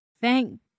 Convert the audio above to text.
thank